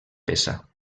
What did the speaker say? peça